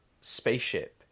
spaceship